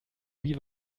wie